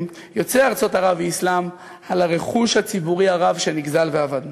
יוצאי ארצות ערב והאסלאם על הרכוש הציבורי שנגזל ואבד.